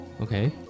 Okay